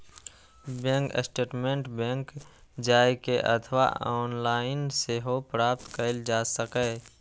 bank statement bank जाए के अथवा ऑनलाइन सेहो प्राप्त कैल जा सकैए